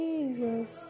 Jesus